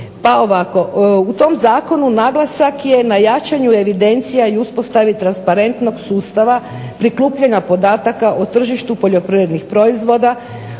pa ovako. U tom zakonu naglasak je na jačanju evidencija i uspostavi transparentnog sustava prikupljanja podataka o tržištu poljoprivrednih proizvoda